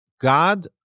God